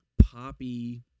poppy